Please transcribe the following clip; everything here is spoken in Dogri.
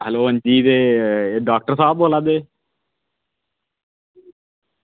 हैलो हां जी ते एह् डॉक्टर साह्ब बोला दे